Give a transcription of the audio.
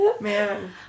Man